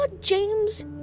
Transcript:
James